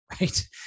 right